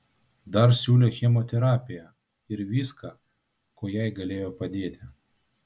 dar siūlė chemoterapiją ir viską kuo jai galėjo padėti